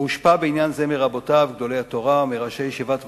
הוא הושפע בעניין זה מרבותיו גדולי התורה ומראשי ישיבת וולוז'ין,